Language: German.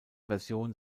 version